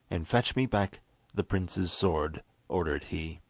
and fetch me back the prince's sword ordered he.